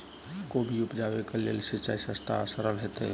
कोबी उपजाबे लेल केँ सिंचाई सस्ता आ सरल हेतइ?